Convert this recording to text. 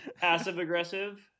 passive-aggressive